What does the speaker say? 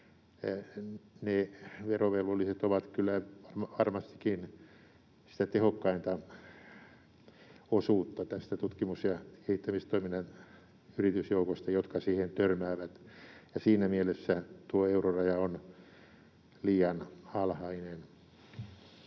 ovat kyllä varmastikin sitä tehokkainta osuutta tästä tutkimus- ja kehittämistoiminnan yritysjoukosta, ja siinä mielessä tuo euroraja on liian alhainen.